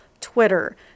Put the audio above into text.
Twitter